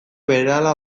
berehala